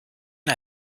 are